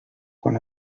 quan